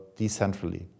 decentrally